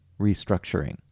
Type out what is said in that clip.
restructuring